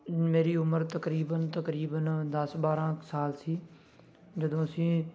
ਮੇਰੀ ਉਮਰ ਤਕਰੀਬਨ ਤਕਰੀਬਨ ਦਸ ਬਾਰ੍ਹਾਂ ਕੁ ਸਾਲ ਸੀ ਜਦੋਂ ਅਸੀਂ